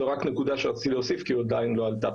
זו נקודה שרציתי להוסיף כי היא עדיין לא עלתה